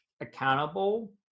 accountable